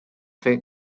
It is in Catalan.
fer